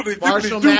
Marshall